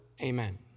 Amen